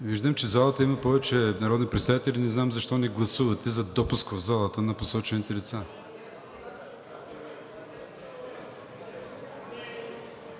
Виждам, че в залата има повече народни представители – не знам защо не гласувате за допуск на посочените лица.